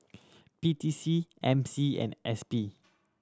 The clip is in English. P T C M C and S P